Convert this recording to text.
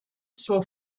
zur